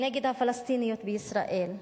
נגד הפלסטיניות בישראל,